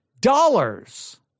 dollars